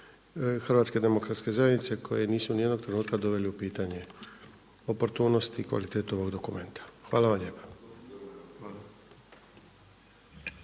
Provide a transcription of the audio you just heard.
bili svi članovi HDZ-a koji nisu niti jednog trenutka doveli u pitanje oportunost i kvalitetu ovog dokumenta. Hvala vam lijepa.